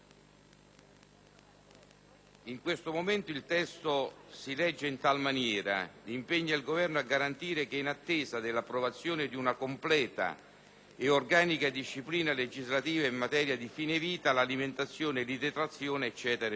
In questo momento il testo si legge in tale maniera: «impegna il Governo a garantire che, in attesa dell'approvazione di una completa e organica disciplina legislativa in materia di fine vita, l'alimentazione e l'idratazione...»; chiedo